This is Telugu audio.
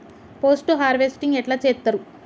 పోస్ట్ హార్వెస్టింగ్ ఎట్ల చేత్తరు?